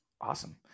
awesome